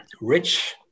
rich